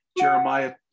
Jeremiah